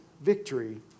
victory